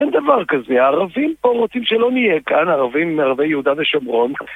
אין דבר כזה, הערבים פה רוצים שלא נהיה כאן, הערבים, ערבי יהודה ושומרון